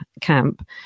camp –